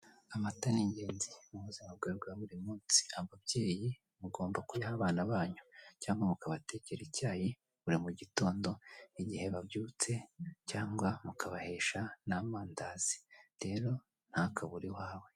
Amata ningenzi mubuzima bwawe bwa burimunsi ababyeyi mugomba kuyaha abana banyu cyangwa mukabatekera icyayi buri mugitondo igihe babyutse cyangwa mukahesha n'amandazi rero ntakabure iwawe.